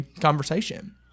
conversation